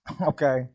Okay